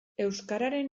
euskararen